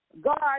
God